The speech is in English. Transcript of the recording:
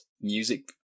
music